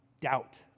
doubt